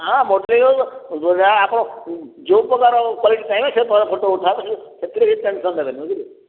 ହଁ ମଡେଲ ଆପଣ ଯୋଉ ପ୍ରକାର କ୍ଵାଲିଟି ଚାହିଁବେ ସେ ପ୍ରକାର ଫଟୋ ଉଠା ହେବ ସେଥିରେ କିଛି ଟେନ୍ସନ୍ ନେବେନି ବୁଝିଲେ